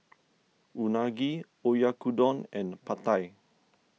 Unagi Oyakodon and Pad Thai